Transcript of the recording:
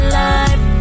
life